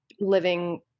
living